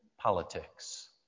politics